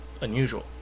unusual